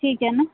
ठीक है ना